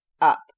up